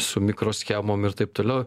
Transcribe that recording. su mikroschemomi ir taip toliau